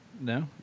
No